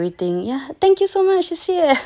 it's making everything ya thank you so much 谢谢